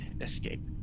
escape